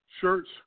shirts